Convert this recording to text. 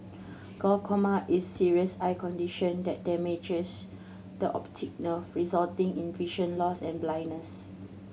glaucoma is a serious eye condition that damages the optic nerve resulting in vision loss and blindness